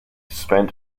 spent